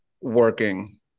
working